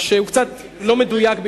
שהוא קצת לא מדויק,